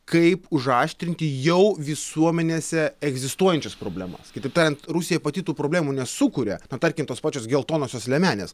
kaip užaštrinti jau visuomenėse egzistuojančias problemas kitaip tariant rusija pati tų problemų nesukuria na tarkim tos pačios geltonosios liemenės